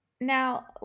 Now